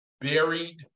Buried